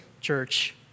church